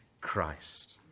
Christ